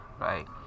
right